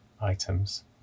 items